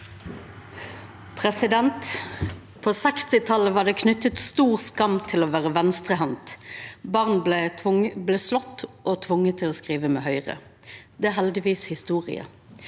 På 1960- talet var det knytt stor skam til å vera venstrehendt. Barn blei slått og tvinga til å skriva med høgre. Det er heldigvis historie.